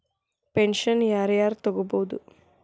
Pension ಯಾರ್ ಯಾರ್ ತೊಗೋಬೋದು?